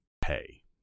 pay